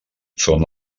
són